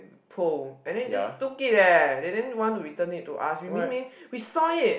pole and then just took it eh they didn't want to return it to us we ming ming we saw it